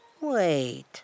Wait